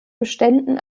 beständen